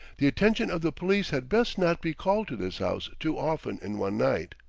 the attention of the police had best not be called to this house too often in one night.